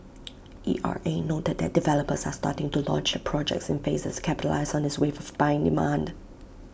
E R A noted that developers are starting to launch their projects in phases capitalise on this wave of buying demand